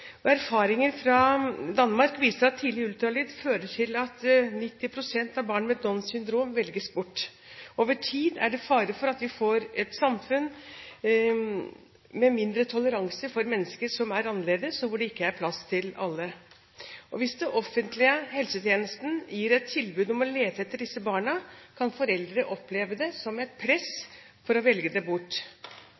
Erfaringer fra Danmark viser at tidlig ultralyd fører til at 90 pst. av barn med Downs syndrom velges bort. Over tid er det fare for at vi får et samfunn med mindre toleranse for mennesker som er annerledes, og hvor det ikke er plass til alle. Hvis den offentlige helsetjenesten gir et tilbud om å lete etter disse barna, kan foreldre oppleve det som et press